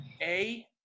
A-